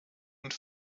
und